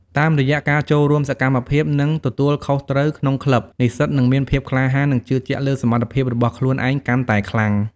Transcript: តាមរយៈការចូលរួមសកម្មភាព និងទទួលខុសត្រូវក្នុងក្លឹប និស្សិតនឹងមានភាពក្លាហាន និងជឿជាក់លើសមត្ថភាពរបស់ខ្លួនឯងកាន់តែខ្លាំង។